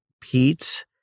Pete